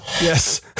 Yes